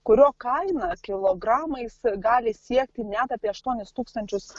kurio kaina kilogramais gali siekti net apie aštuonis tūkstančius